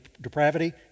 depravity